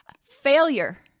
Failure